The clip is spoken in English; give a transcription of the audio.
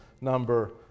number